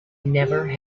never